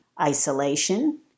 Isolation